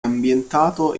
ambientato